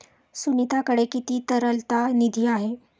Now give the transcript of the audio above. सुनीताकडे किती तरलता निधी आहे?